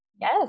Yes